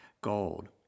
gold